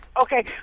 okay